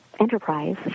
Enterprise